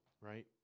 right